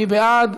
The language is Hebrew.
מי בעד?